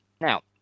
now